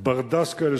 ברדס כאלה,